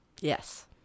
Yes